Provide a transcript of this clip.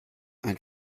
ein